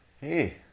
Hey